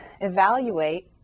Evaluate